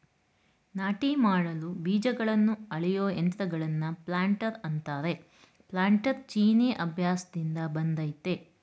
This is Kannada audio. ನಾಟಿ ಮಾಡಲು ಬೀಜಗಳನ್ನ ಅಳೆಯೋ ಯಂತ್ರಗಳನ್ನ ಪ್ಲಾಂಟರ್ ಅಂತಾರೆ ಪ್ಲಾನ್ಟರ್ ಚೀನೀ ಅಭ್ಯಾಸ್ದಿಂದ ಬಂದಯ್ತೆ